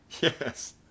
Yes